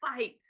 fight